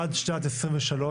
עד שנת 2023,